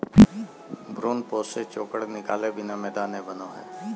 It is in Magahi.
भ्रूणपोष से चोकर निकालय बिना मैदा नय बनो हइ